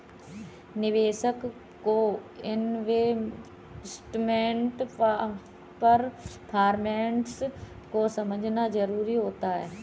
निवेशक को investment performance को समझना जरुरी होता है